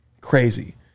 crazy